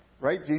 Right